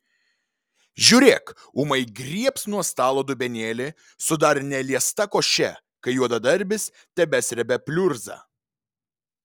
žiūrėk ūmai griebs nuo stalo dubenėlį su dar neliesta koše kai juodadarbis tebesrebia pliurzą